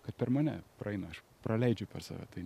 kad per mane praeina aš praleidžiu per save tai